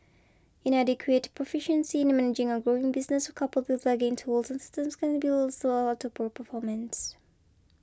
inadequate proficiency in managing a growing business coupled with lagging tools and systems can't be also to poor performance